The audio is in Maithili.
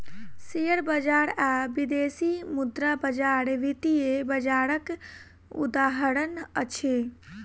शेयर बजार आ विदेशी मुद्रा बजार वित्तीय बजारक उदाहरण अछि